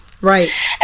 Right